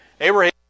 Abraham